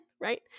right